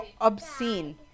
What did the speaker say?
obscene